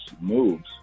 moves